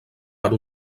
per